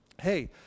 hey